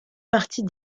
partie